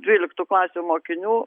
dvyliktų klasių mokinių